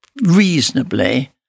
reasonably